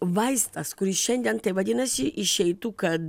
vaistas kuris šiandien vadinasi išeitų kad